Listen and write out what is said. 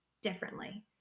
differently